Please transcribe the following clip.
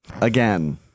Again